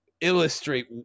illustrate